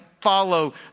follow